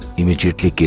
immediately.